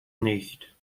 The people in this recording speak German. nicht